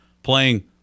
playing